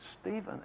Stephen